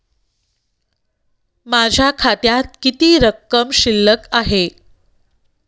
माझ्या खात्यात किती रक्कम शिल्लक आहे?